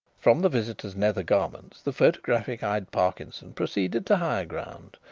from the visitor's nether garments the photographic-eyed parkinson proceeded to higher ground,